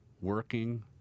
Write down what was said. working